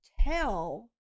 Tell